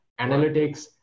Analytics